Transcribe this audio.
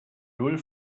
null